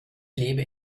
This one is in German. lebe